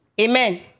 Amen